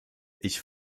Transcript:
ich